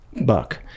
Buck